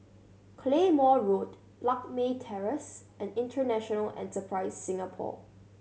Claymore Road Lakme Terrace and International Enterprise Singapore